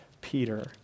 Peter